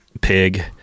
pig